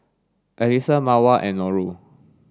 Alyssa Mawar and Nurul